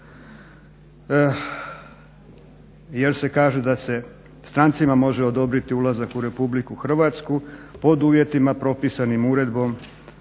jer se kaže da se strancima može odobriti ulazak u Republiku Hrvatsku pod uvjetima propisanim uredbom